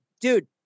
dude